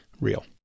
real